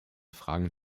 fragen